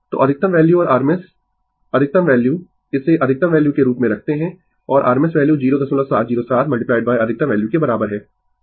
तो अधिकतम वैल्यू और RMS अधिकतम वैल्यू इसे अधिकतम वैल्यू के रूप में रखते है और RMS वैल्यू 0707 अधिकतम वैल्यू के बराबर है जो वास्तव में 1414 है